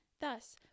Thus